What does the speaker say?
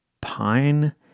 pine